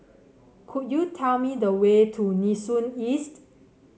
could you tell me the way to Nee Soon East